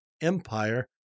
Empire